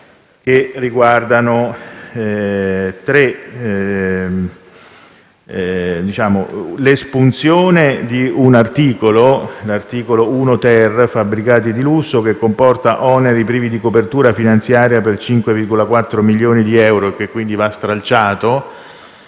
Anzitutto, l'espunzione dell'articolo 1-*ter*, sui fabbricati di lusso, che comporta oneri privi di copertura finanziaria per 5,4 milioni di euro, e che quindi va stralciato.